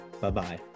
bye-bye